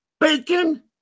bacon